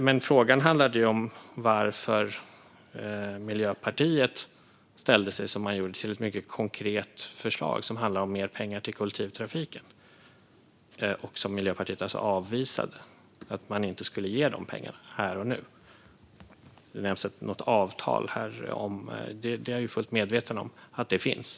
Men frågan handlade om varför Miljöpartiet ställde sig som man gjorde till ett mycket konkret förslag som handlar om mer pengar till kollektivtrafiken, som Miljöpartiet alltså avvisade. Man skulle inte ge de pengarna här och nu. Något avtal nämns, och jag är fullt medveten om att det finns.